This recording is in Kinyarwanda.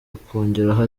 akongeraho